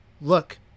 Look